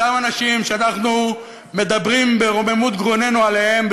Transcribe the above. אותם אנשים שאנחנו מדברים ברוממות גרוננו עליהם,